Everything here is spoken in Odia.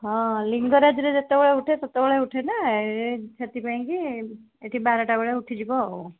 ହଁ ଲିଙ୍ଗରାଜରେ ଯେତେବେଳେ ଉଠେ ସେତବେଳେ ଉଠେ ନା ସେଥିପାଇଁ କି ଏଠି ବାରଟାବେଳେ ଉଠିଯିବ ଆଉ